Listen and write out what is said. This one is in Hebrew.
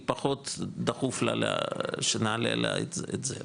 היא פחות דחוף לה שנעלה לה את זה,